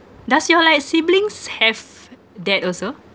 does your like siblings have that also